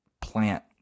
plant